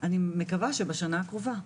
אני מקווה שבשנה הקרובה.